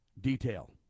detail